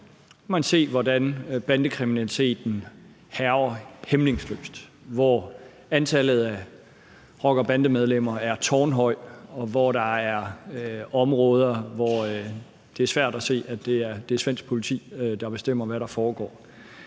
kan man se, hvordan bandekriminaliteten hærger hæmningsløst, hvordan antallet af rocker-bande-medlemmer er tårnhøjt, og hvordan der er områder, hvor det er svært at se, at det er svensk politi, der bestemmer, hvad der foregår.